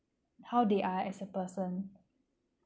how they are as a person